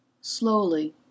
slowly